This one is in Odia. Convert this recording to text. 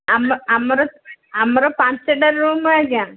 ଆମର ଆମର ପାଞ୍ଚେଟା ରୁମ୍ ଆଜ୍ଞା